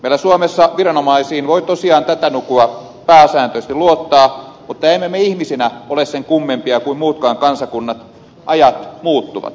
meillä suomessa viranomaisiin voi tosiaan tätä nykyä pääsääntöisesti luottaa mutta emme me ihmisinä ole sen kummempia kuin muutkaan kansakunnat ajat muuttuvat